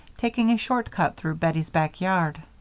taking a short cut through bettie's back yard.